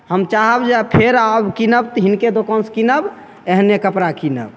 चाहब जे आब फेर आब कीनब तऽ हिनके दोकानसँ कीनब एहने कपड़ा कीनब